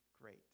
great